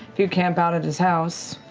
if you camp out at his house,